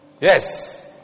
yes